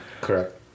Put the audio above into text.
Correct